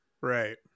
Right